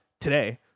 today